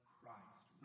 Christ